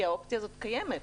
האופציה הזאת קיימת.